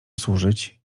służyć